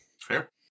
Fair